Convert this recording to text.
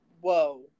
whoa